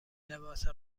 لباس